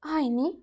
हय न्ही